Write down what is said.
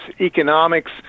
economics